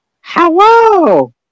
Hello